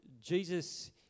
Jesus